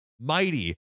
mighty